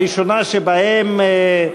הראשונה שבהן,